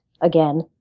again